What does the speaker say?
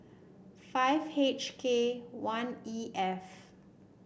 five H K one E F